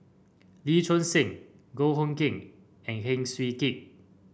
Lee Choon Seng Goh Hood Keng and Heng Swee Keat